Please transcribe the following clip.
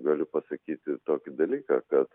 galiu pasakyti tokį dalyką kad